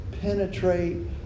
penetrate